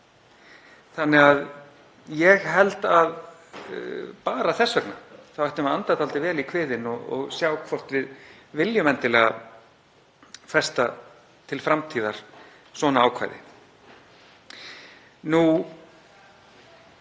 Ég held að bara þess vegna ættum við anda dálítið vel í kviðinn og sjá hvort við viljum endilega festa til framtíðar svona ákvæði.